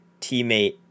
teammate